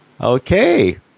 Okay